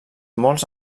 molts